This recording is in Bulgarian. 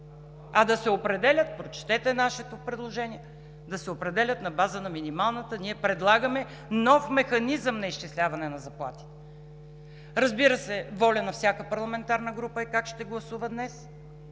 автоматично с ръста на средната, а да се определят на база на минималната. Ние предлагаме нов механизъм на изчисляване на заплатите. Разбира се, воля на всяка парламентарна група е как ще гласува днес.